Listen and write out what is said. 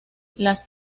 las